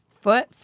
foot